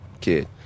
kid